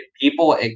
people